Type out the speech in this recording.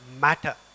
matter